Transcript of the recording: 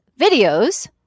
videos